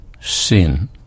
sin